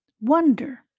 Wonder